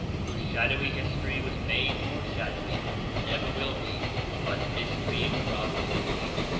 whose shadowy history was made more shadowy and ever will be by the mystery and craft of the king.